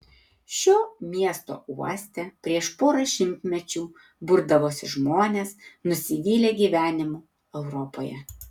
šio miesto uoste prieš porą šimtmečių burdavosi žmonės nusivylę gyvenimu europoje